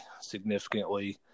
significantly